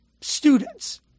students